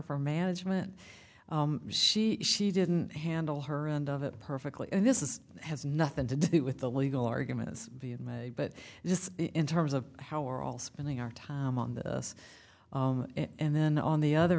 for management she she didn't handle her end of it perfectly and this is has nothing to do with the legal arguments being made but just in terms of how we're all spending our time on this and then on the other